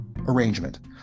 arrangement